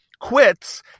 Quits